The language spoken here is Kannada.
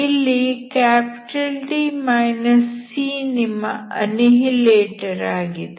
ಇಲ್ಲಿ D c ನಿಮ್ಮ ಅನ್ನಿಹಿಲೇಟರ್ ಆಗಿದೆ